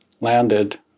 landed